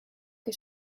que